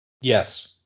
Yes